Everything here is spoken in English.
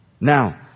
Now